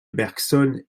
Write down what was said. bergson